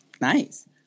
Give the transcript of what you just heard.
Nice